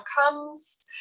outcomes